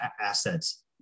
assets